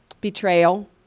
Betrayal